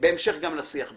בהמשך גם לשיח בינינו,